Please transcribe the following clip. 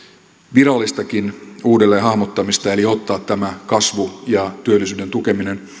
virallistakin uudelleenhahmottamista eli ottaa tämä kasvu ja työllisyyden tukeminen